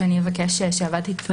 שאני אבקש שהוועדה תשמע אותם.